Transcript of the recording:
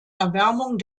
erwärmung